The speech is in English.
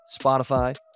Spotify